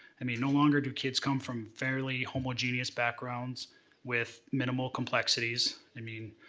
i mean, no longer do kids come from fairly homogeneous backgrounds with minimal complexities. i mean,